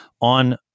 on